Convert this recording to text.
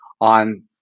On